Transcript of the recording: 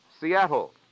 Seattle